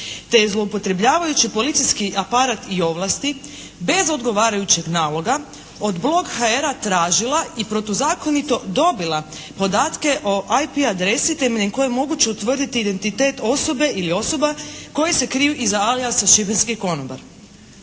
te zlouoptrebljavajući policijski aparat i ovlasti bez odgovarajućeg naloga od blog.hr-a tražila i protuzakonito dobila podatke o “IP“ adresi temeljem koje je moguće utvrditi identitet osobe ili osoba koje se kriju iza alijasa “šibenski konobar“.